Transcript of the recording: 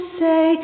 say